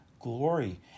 glory